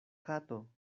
kato